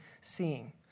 seeing